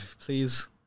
please